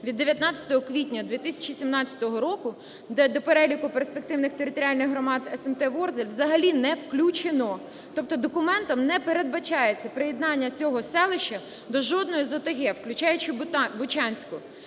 від 19 квітня 2017 року, де до переліку перспективних територіальних громадсмт Ворзель взагалі не включено. Тобто документом не передбачається приєднання цього селища до жодного з ОТГ, включаючи Бучанську.